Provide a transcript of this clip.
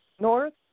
north